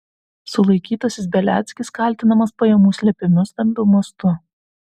sulaikytasis beliackis kaltinamas pajamų slėpimu stambiu mastu